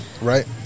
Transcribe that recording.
right